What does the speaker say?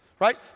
Right